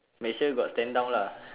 make sure got stand down lah